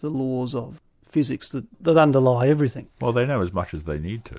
the laws of physics that that underlie everything. well they know as much as they need to.